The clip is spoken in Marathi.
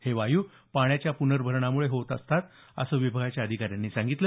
हे वाय् पाण्याच्या पूर्नभरणामुळं होत असतात असं विभागाच्या अधिकाऱ्यांनी सांगितलं